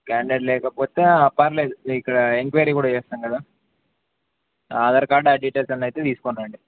candidate లేకపోతే పర్లేదు ఇక్కడ ఎన్క్వైరీ కూడా చేస్తాం కదా ఆధార్ కార్డ్ ఆ డీటెయిల్స్ అన్నయితే తీసుకోనిండి